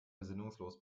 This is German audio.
besinnungslos